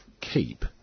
keep